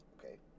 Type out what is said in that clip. Okay